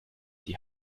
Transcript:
die